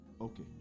Okay